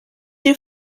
you